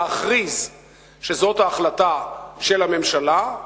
להכריז שזאת ההחלטה של הממשלה,